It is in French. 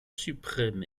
suprême